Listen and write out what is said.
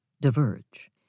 diverge